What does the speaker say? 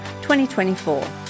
2024